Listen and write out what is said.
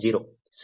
0 ಸರಿ